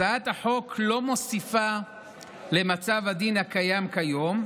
הצעת החוק לא מוסיפה למצב הדין הקיים כיום,